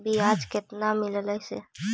बियाज केतना मिललय से?